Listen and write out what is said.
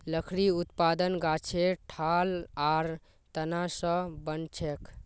लकड़ी उत्पादन गाछेर ठाल आर तना स बनछेक